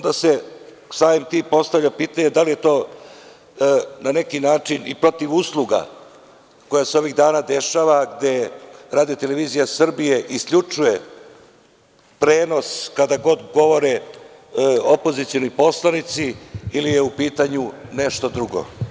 Samim tim se postavlja pitanje – da li je to na neki način i protivusluga koja se ovih dana dešava gde RTS isključuje prenos kad god govore opozicioni poslanici ili je u pitanju nešto drugo?